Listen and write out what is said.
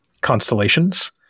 Constellations